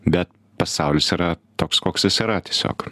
bet pasaulis yra toks koks jis yra tiesiog